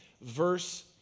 verse